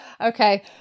Okay